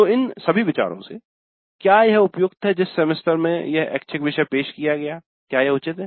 तो इन सभी विचारों से क्या यह उपयुक्त है जिस सेमेस्टर में यह ऐच्छिक विषय पेश किया गया है क्या यह उचित है